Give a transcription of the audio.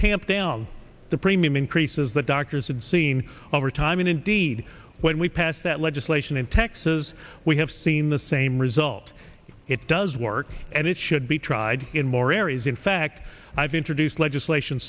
tamp down the premium increases that doctors had seen over time and indeed when we pass that legislation in texas we have seen the same result it does work and it should be tried in more areas in fact i've introduced legislation